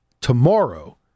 tomorrow